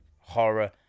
horror